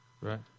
Right